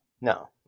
No